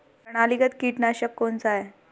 प्रणालीगत कीटनाशक कौन सा है?